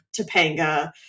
topanga